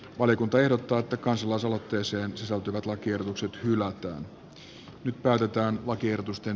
valiokunta ehdottaa että kansalaisaloitteeseen sisältyvät lakiehdotukset hylätään